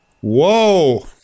Whoa